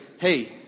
hey